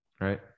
right